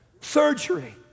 Surgery